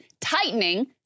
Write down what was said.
tightening